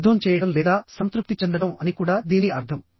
యుద్ధం చేయడం లేదా సంతృప్తి చెందడం అని కూడా దీని అర్థం